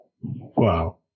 wow